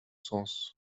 sens